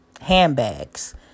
handbags